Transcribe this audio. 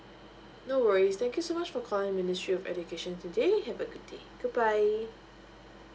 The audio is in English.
no worries thank you so much for calling ministry of education today have a good day goodbye